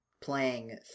playing